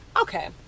okay